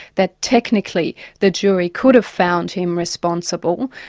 that technically the jury could have found him responsible,